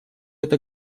это